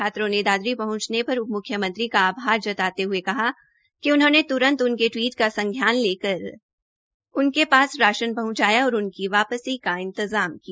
छात्रों ने दादरी पहंचने पर उप मुख्यमंत्री का आभार जताते हये कहा कि उन्होंने त्रंत उनके टवीट का संज्ञान लेकर उन पास राशन पहुंचाया और वापसी का इंतजाम किया